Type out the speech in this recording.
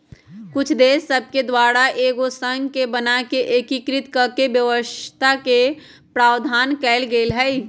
कुछ देश सभके द्वारा एगो संघ के बना कऽ एकीकृत कऽकेँ व्यवस्था के प्रावधान कएल गेल हइ